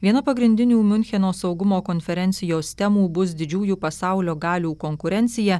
viena pagrindinių miuncheno saugumo konferencijos temų bus didžiųjų pasaulio galių konkurencija